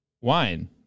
wine